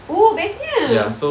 oo bestnya